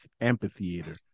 amphitheater